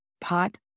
pot